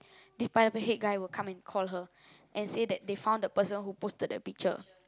this Pineapple Head guy will come and call her and say that they found the person who posted that picture